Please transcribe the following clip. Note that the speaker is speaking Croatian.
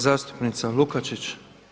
Zastupnica Lukačić.